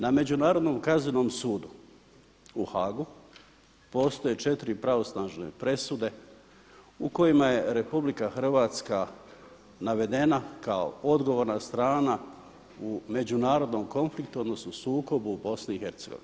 Na Međunarodnom kaznenom sudu u Haagu postoje četiri pravosudne presude u kojima je RH navedena kao odgovorna strana u međunarodnom konfliktu odnosno sukobu u BiH.